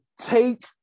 take